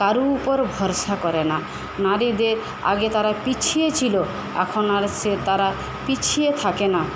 কারু উপর ভরসা করে না নারীদের আগে তারা পিছিয়ে ছিল এখন আর সে তারা পিছিয়ে থাকে না